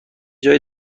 جای